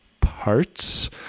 parts